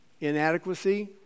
inadequacy